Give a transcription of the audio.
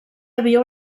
havia